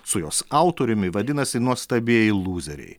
su jos autoriumi vadinasi nuostabieji lūzeriai